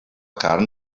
carn